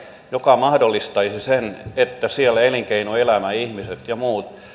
joka mahdollistaisi sen että siellä elinkeinoelämä ihmiset ja muut